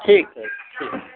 ठीक है ठीक